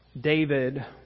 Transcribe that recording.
David